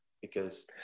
because-